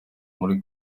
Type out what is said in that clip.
muri